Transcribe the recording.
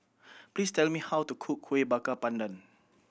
please tell me how to cook Kuih Bakar Pandan